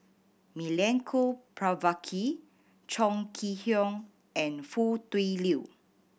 Milenko Prvacki Chong Kee Hiong and Foo Tui Liew